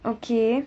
okay